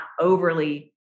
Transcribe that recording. overly